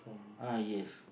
ah yes